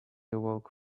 awoke